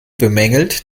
bemängelt